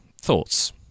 Thoughts